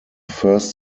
first